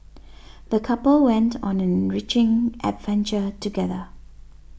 the couple went on an enriching adventure together